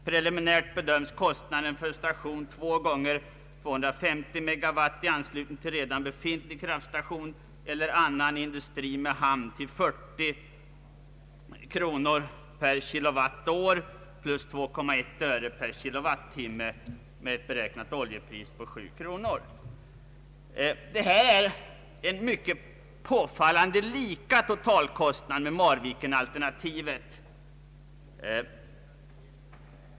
Preliminärt bedömes kostnadan för en station 2 X 250 MW i anslutning till redan befintlig kraftstation eller annan industri med hamn till 40 kr kWh vid 7 kr/ Gcal.” Totalkostnaden sammanfaller på ett påfallande sätt mellan Marvikenalternativet och ett förenklat kondensverk.